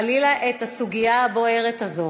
חלילה, את הסוגיה הבוערת הזאת,